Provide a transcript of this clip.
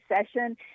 session